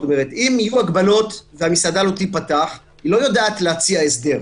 אם יהיו הגבלות והמסעדה לא תיפתח היא לא יודעת להציע הסדר.